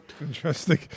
Interesting